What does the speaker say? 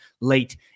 late